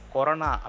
Corona